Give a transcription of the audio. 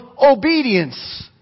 obedience